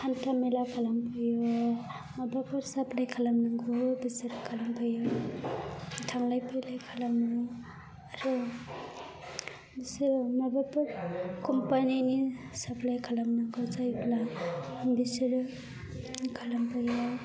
हान्था मेला खालाम फैयो माबाफोर साख्रि खालाम नांगौबा बिसोर खालाम फैयो थांलाय फैलाय खालामो आरो जों माबाफोर कम्पानि नि साप्लाय खालामनांगौ जायोब्ला बिसोरो खालाम फैयो